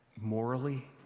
morally